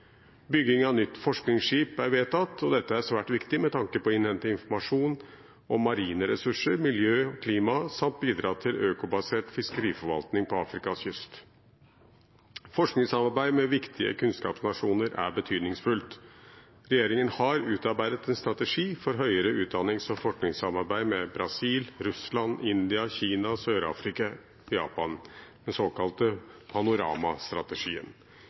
Bygging av nytt forskningsskip er vedtatt, og dette er svært viktig med tanke på å innhente informasjon om marine ressurser, miljø, klima samt bidra til økobasert fiskeriforvaltning på Afrikas kyst. Forskningssamarbeid med viktige kunnskapsnasjoner er betydningsfullt. Regjeringen har utarbeidet en strategi for høyere utdannings- og forskningssamarbeid med Brasil, Russland, India, Kina, Sør-Afrika og Japan – den såkalte